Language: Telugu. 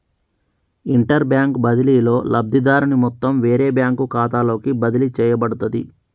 ఇంటర్బ్యాంక్ బదిలీలో, లబ్ధిదారుని మొత్తం వేరే బ్యాంకు ఖాతాలోకి బదిలీ చేయబడుతది